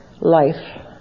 life